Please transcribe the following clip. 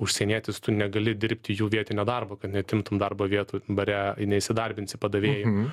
užsienietis tu negali dirbti jų vietinio darbo kad neatimtum darbo vietų bare neįsidarbinsi padavėju